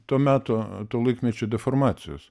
to meto to laikmečio deformacijos